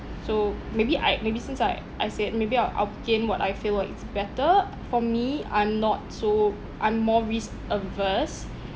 so maybe I maybe since I I said maybe I'll outgain what I feel what is better for me I'm not so I'm more risk averse